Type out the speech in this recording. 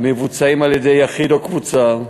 המבוצעים על-ידי יחיד או קבוצה,